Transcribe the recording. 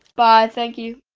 bye. thank you